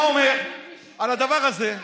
מה הוא אומר על הדבר הזה?